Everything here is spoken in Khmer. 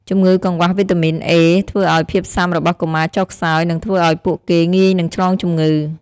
ជម្ងឺកង្វះវីតាមីន A ធ្វើឱ្យភាពស៊ាំរបស់កុមារចុះខ្សោយ និងធ្វើឱ្យពួកគេងាយនឹងឆ្លងជម្ងឺ។